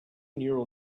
neural